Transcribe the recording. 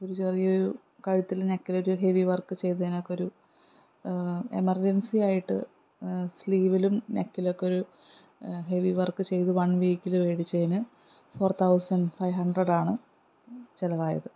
ഒരു ചെറിയൊരു കഴുത്തിൽ നെക്കിലൊരു ഹെവി വർക്ക് ചെയ്തതിനൊക്കെയൊരു എമർജൻസിയായിട്ട് സ്ലീവിലും നെക്കിലൊക്കെയൊരു ഹെവി വർക്ക് ചെയ്ത് വൺ വീക്കിൽ മേടിച്ചതിന് ഫോർ തൗസൻ്റ് ഫൈവ് ഹൺഡ്രഡാണ് ചിലവായത്